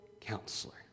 Counselor